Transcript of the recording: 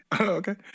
okay